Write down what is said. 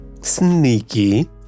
Sneaky